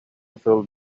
сыл